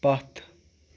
پتھ